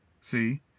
See